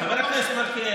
וזה הקו שנמשיך להוביל.